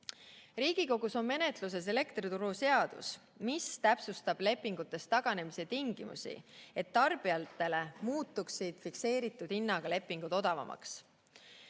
Riigikogus on menetluses elektrituruseadus, mis täpsustab lepingutest taganemise tingimusi, et tarbijatele muutuksid fikseeritud hinnaga lepingud odavamaks.